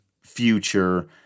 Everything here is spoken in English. future